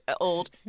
old